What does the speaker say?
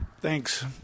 thanks